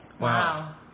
Wow